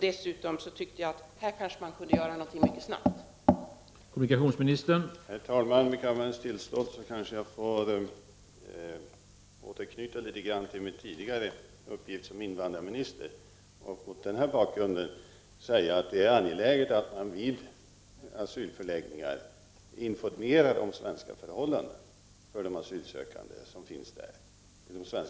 Dessutom tänkte jag att något kanske kunde göras mycket snabbt i detta fall.